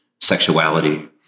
sexuality